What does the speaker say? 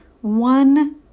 one